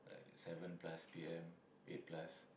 seven plus P_M eight plus